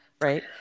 right